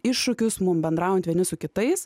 iššūkius mum bendraujant vieni su kitais